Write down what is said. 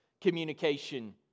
communication